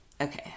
Okay